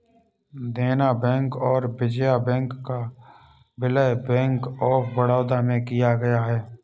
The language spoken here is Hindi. देना बैंक और विजया बैंक का विलय बैंक ऑफ बड़ौदा में किया गया है